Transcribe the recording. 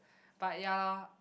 but ya loh